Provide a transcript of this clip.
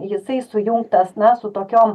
jisai sujungtas na su tokiom